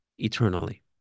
eternally